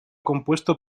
compuesto